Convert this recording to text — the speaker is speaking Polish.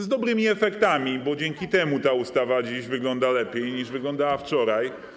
Z dobrym efektami, bo dzięki temu ta ustawa dziś wygląda lepiej niż wyglądała wczoraj.